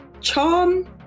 Charm